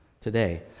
today